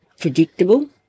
Predictable